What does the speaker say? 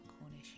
Cornish